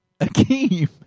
Akeem